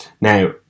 now